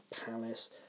Palace